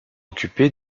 occupé